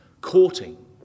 courting